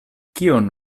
kion